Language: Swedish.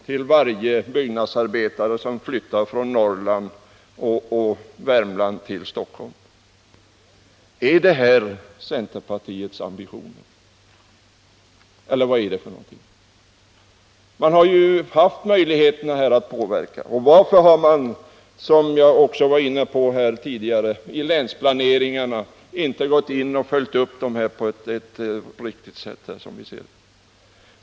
till varje byggnadsarbetare som flyttar från Norrland och Värmland till Stockholm. Är detta centerpartiets ambitioner, eller vad är det? Man har haft möjligheterna att påverka. Varför har man inte, som jag var inne på tidigare, följt upp länsplaneringarna på ett, som vi ser det, riktigt sätt?